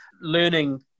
learning